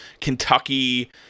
Kentucky